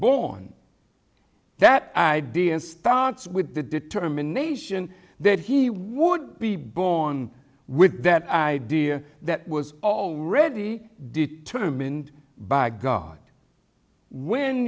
born that idea starts with the determination that he would be born with that idea that was already determined by god when